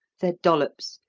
said dollops,